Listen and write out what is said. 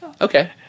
Okay